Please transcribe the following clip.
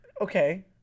Okay